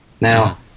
Now